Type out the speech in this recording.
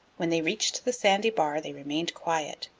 when they reached the sandy bar they remained quiet,